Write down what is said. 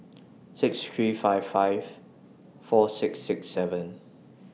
six three five five four six six seven